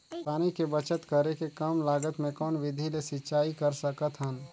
पानी के बचत करेके कम लागत मे कौन विधि ले सिंचाई कर सकत हन?